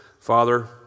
Father